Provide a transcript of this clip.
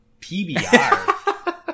PBR